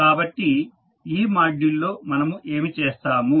కాబట్టి ఈ మాడ్యూల్ లో మనము ఏమి చేస్తాము